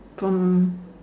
from